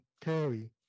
carry